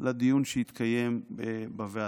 לדיון שהתקיים בוועדה,